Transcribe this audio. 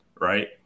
right